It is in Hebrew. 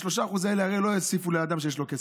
ה-3% האלה הרי לא יוסיפו לאדם שיש לו כסף.